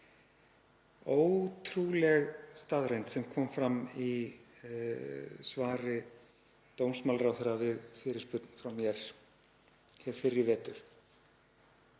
Ótrúleg staðreynd sem kom fram í svari dómsmálaráðherra við fyrirspurn frá mér hér fyrr í vetur.